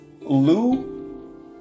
Lou